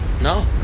No